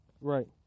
Right